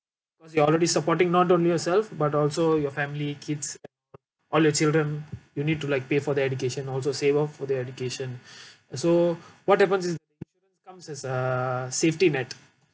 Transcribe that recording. cause you're already supporting not only yourself but also your family kids all you children you need to like pay for their education also save up for their education so what happens is comes as a safety net